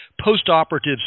post-operative